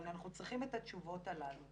אבל אנחנו צריכים את התשובות הללו.